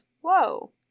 Whoa